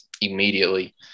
immediately